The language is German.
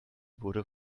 wurde